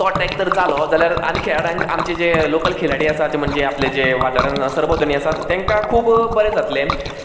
तो ट्रॅक जर जालो जाल्यार आनी खेळाड्यांक आमचे जे लॉकल खेळाडी आसा म्हणचे आपले जे वाठारांत सरभोंवतणी आसात तेंकां खूब बरें जातलें